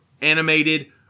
animated